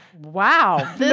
Wow